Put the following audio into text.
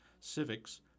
civics